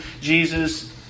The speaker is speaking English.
Jesus